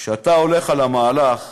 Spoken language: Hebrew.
כשאתה הולך על המהלך,